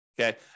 Okay